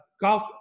golf